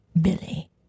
Billy